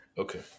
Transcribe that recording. Okay